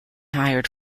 hired